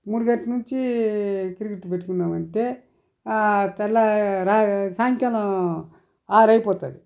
మూడు గంటల నుంచి క్రికెట్ పెట్టుకున్నామంటే తెల్లారి రాత్రి సాయంకాలం ఆరైపోతుంది